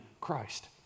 Christ